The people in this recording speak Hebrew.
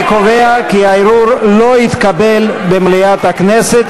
אני קובע כי הערעור לא התקבל במליאת הכנסת.